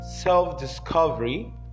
self-discovery